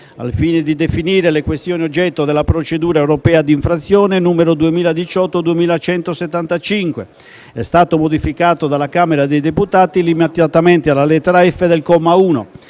al fine di definire le questioni oggetto della procedura europea d'infrazione n. 2018/2175, è stato modificato dalla Camera dei deputati limitatamente alla lettera *f)* del comma 1,